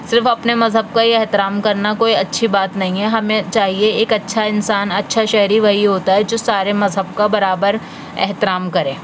صرف اپنے مذہب کا ہی احترام کرنا کوئی اچھی بات نہیں ہے ہمیں چاہیے ایک اچھا انسان اچھا شہری وہی ہوتا ہے جو سارے مذہب کا برابر احترام کرے